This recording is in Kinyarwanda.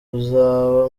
muzaba